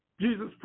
Jesus